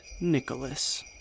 Nicholas